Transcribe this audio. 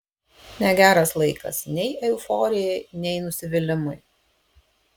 negeras laikas nei euforijai nei nusivylimui